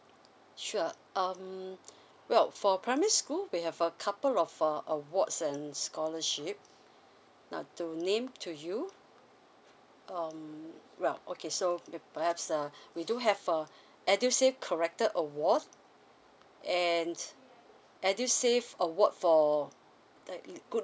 sure um well for primary school we have a couple of err awards and scholarship now to name to you um well okay so be perhaps uh we do have a edu save character award and edu save award for the le~ good